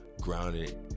grounded